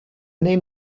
name